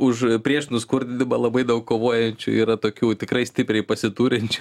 už prieš nuskurdinimą labai daug kovojančių yra tokių tikrai stipriai pasiturinčių